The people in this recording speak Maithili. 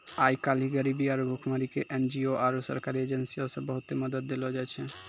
आइ काल्हि गरीबी आरु भुखमरी के एन.जी.ओ आरु सरकारी एजेंसीयो से बहुते मदत देलो जाय छै